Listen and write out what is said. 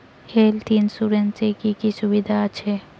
Health insurance এ কি কি সুবিধা আছে?